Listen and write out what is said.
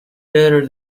better